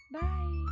Bye